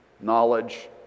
knowledge